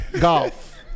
golf